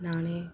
நான்